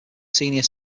senior